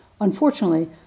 Unfortunately